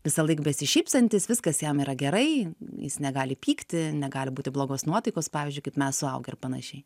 visąlaik besišypsantis viskas jam yra gerai jis negali pykti negali būti blogos nuotaikos pavyzdžiui kaip mes suaugę ir panašiai